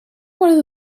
whether